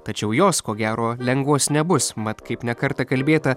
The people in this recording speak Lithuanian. tačiau jos ko gero lengvos nebus mat kaip ne kartą kalbėta